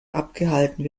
abgehalten